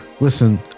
Listen